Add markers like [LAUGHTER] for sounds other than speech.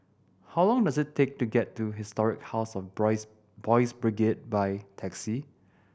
how long does it take to get to Historic House of [UNINTELLIGIBLE] Boys' Brigade by taxi